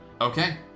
Okay